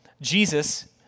Jesus